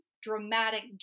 dramatic